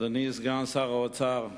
אדוני סגן שר האוצר,